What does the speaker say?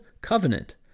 covenant